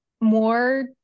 more